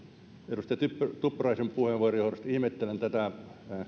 edustaja tuppuraisen puheenvuoron johdosta ihmettelen tätä